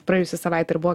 praėjusi savaitė ir buvo